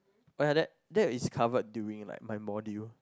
why like that that is cover during like my module